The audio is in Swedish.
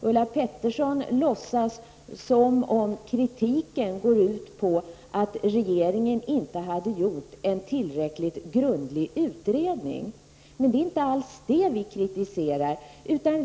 Ulla Pettersson låtsas som om kritiken går ut på att regeringen inte skulle ha gjort en tillräckligt grundlig utredning. Men det är inte alls detta som vi kritiserar.